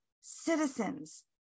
citizens